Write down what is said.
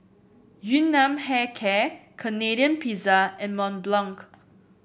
Yun Nam Hair Care Canadian Pizza and Mont Blanc